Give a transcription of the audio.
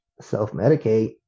self-medicate